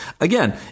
Again